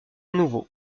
nouveau